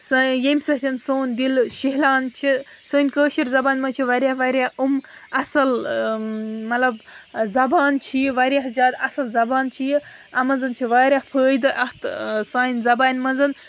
سٲ ییٚمہِ سۭتۍ سون دِلہٕ شہلان چھِ سٲنۍ کٲشِر زَبانہِ منٛز چھِ واریاہ واریاہ یِم اَصٕل مطلب زَبان چھِ یہِ واریاہ زیادٕ اَصٕل زَبان چھِ یہِ اَتھ منٛز چھِ واریاہ فٲیدٕ اَتھ سانہِ زَبانہِ منٛز